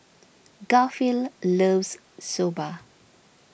Garfield loves Soba